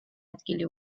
ადგილი